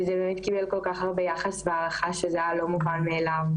וזה באמת קיבל כל כך הרבה יחס והערכה שזה היה לא מובן מאליו.